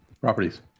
properties